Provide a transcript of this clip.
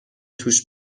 توش